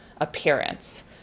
appearance